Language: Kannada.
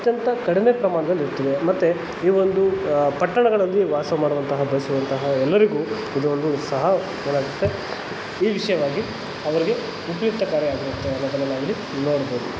ಅತ್ಯಂತ ಕಡಿಮೆ ಪ್ರಮಾಣದಲ್ಲಿ ಇರ್ತದೆ ಮತ್ತು ಈ ಒಂದು ಪಟ್ಟಣಗಳಲ್ಲಿ ವಾಸ ಮಾಡುವಂತಹ ಬಯಸುವಂತಹ ಎಲ್ಲರಿಗೂ ಇದೊಂದು ಸಹ ಏನಾಗತ್ತೆ ಈ ವಿಷಯವಾಗಿ ಅವರಿಗೆ ಉಪ್ಯುಕ್ತಕರಾಗಿರತ್ತೆ ಅನ್ನೋದನ್ನು ನಾವಿಲ್ಲಿ ನೋಡ್ಬೋದು